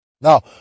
Now